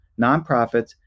nonprofits